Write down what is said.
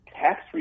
tax